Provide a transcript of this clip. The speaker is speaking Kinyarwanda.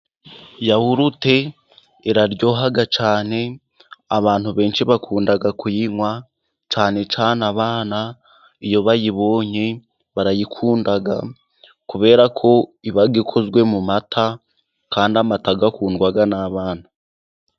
Yahurute iraryoha cyane abantu benshi bakunda kuyinywa, cyane cyane abana iyo bayibonye barayikunda kubera ko iba ikozwe mu mata kandi amata akundwa n'abana.